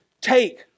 take